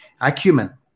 Acumen